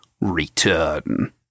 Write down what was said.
return